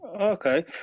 Okay